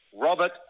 Robert